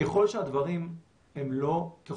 ככל שהדברים ידועים,